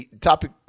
Topic